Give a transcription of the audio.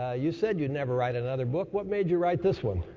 ah you said you'd never write another book, what made you write this one?